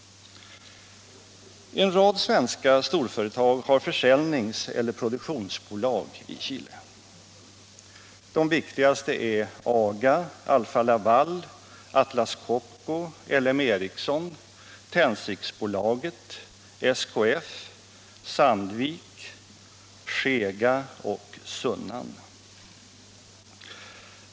En rad svenska storföretag har försäljnings eller produktionsbolag i Chile. De viktigaste är AGA, Alfa-Laval, Atlas Copco, LM Ericsson, Tändsticksbolaget, SKF, Sandvik, SKEGA och Sunnan.